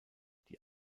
die